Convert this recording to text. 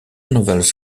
novels